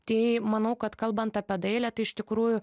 tai manau kad kalbant apie dailę tai iš tikrųjų